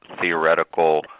theoretical